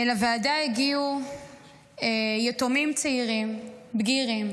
לוועדה הגיעו יתומים צעירים בגירים,